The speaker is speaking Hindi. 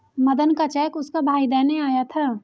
मदन का चेक उसका भाई देने आया था